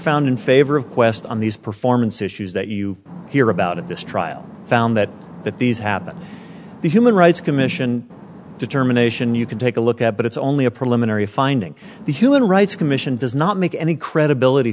found in favor of qwest on these performance issues that you hear about at this trial found that that these happen the human rights commission determination you can take a look at but it's only a preliminary finding the human rights commission does not make any credibility